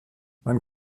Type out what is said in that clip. man